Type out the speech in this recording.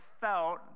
felt